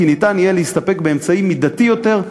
ניתן יהיה להסתפק באמצעי מידתי יותר,